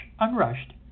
unrushed